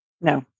No